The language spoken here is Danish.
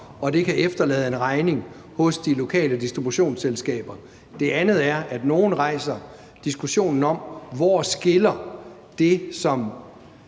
og det kan efterlade en regning hos de lokale distributionsselskaber. Det andet er, at nogle rejser diskussionen om, hvor det, som